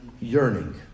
yearning